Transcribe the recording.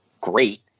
great